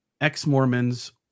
ex-Mormons